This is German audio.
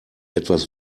etwas